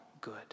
good